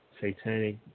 satanic